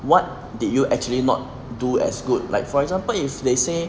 what did you actually not do as good like for example if they say